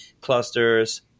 clusters